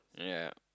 ya